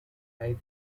life